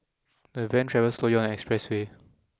the van travelled slowly on the expressway